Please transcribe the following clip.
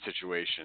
situation